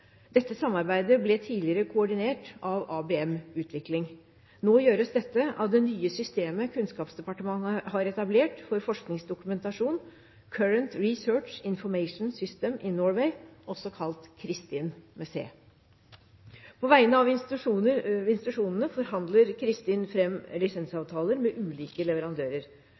Dette samarbeidet ble tidligere koordinert av ABM-utvikling. Nå gjøres dette av det nye systemet Kunnskapsdepartementet har etablert for forskningsdokumentasjon, Current Research Information System in Norway, også kalt Cristin. På vegne av institusjonene forhandler Cristin fram lisensavtaler med ulike leverandører.